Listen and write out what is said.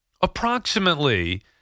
Approximately